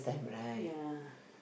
ya